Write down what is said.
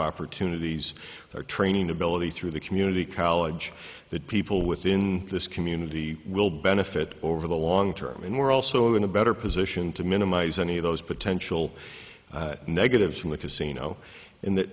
opportunities for training ability through the community college that people within this community will benefit over the long term and we're also in a better position to minimize any of those potential negatives from the casino in that